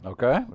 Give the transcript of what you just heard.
Okay